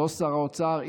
לא שר האוצר,